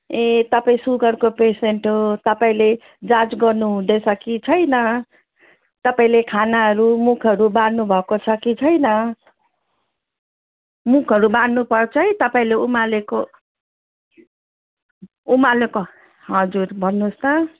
ए तपाईँ सुगरको पेसेन्ट हो तपाईँले जाँच गर्नु हुँदैछ कि छैन तपाईँले खानाहरू मुखहरू बार्नुभएको छ कि छैन मुखहरू बार्नुपर्छ है तपाईँले उमालेको उमालेको हजुर भन्नुहोस् त